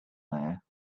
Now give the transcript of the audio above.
there